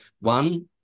one